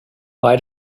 why